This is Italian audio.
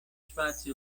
spazi